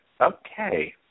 Okay